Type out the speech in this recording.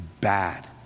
bad